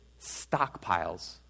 stockpiles